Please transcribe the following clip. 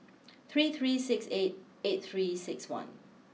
three three six eight eight three six one